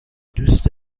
دوست